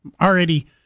Already